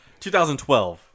2012